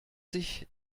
sich